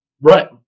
Right